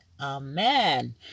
Amen